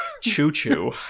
Choo-choo